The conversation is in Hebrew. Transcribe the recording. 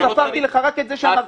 ספרתי לך רק את זה כ-20 מליון.